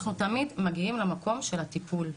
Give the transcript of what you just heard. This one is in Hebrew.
אנחנו תמיד מגיעים למקום של הטיפול.